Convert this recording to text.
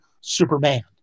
Superman